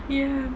ya